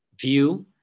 View